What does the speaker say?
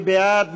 מי בעד?